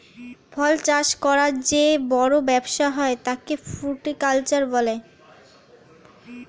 ফল চাষ করার যে বড় ব্যবসা হয় তাকে ফ্রুটিকালচার বলে